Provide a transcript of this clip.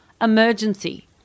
emergency